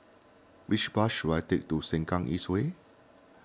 which bus should I take to Sengkang East Way